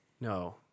No